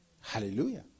Hallelujah